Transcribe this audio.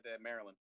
Maryland